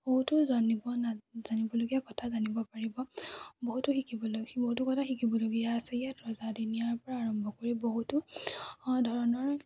বহুতো জানিব জানিবলগীয়া কথা জানিব পাৰিব বহুতো শিকিবলগীয়া বহুতো কথা শিকিবলগীয়া আছে ইয়াত ৰজাদিনীয়াৰ পৰা আৰম্ভ কৰি বহুতো ধৰণৰ